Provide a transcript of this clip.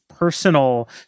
Personal